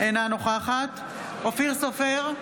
אינה נוכחת אופיר סופר,